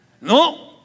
no